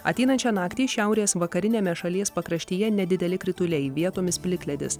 ateinančią naktį šiaurės vakariniame šalies pakraštyje nedideli krituliai vietomis plikledis